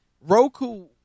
Roku